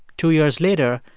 two years later,